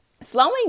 slowing